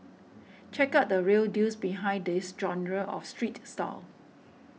check out the real deals behind this genre of street style